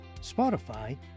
Spotify